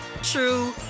true